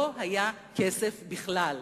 לא היה כסף בכלל.